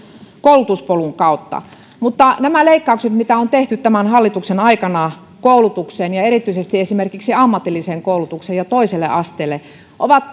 koulutuspolun kautta mutta nämä leikkaukset mitä on tehty tämän hallituksen aikana koulutukseen ja erityisesti esimerkiksi ammatilliseen koulutukseen ja toiselle asteelle ovat